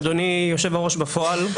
אדוני היושב-ראש בפועל,